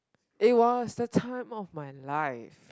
it was the time of my life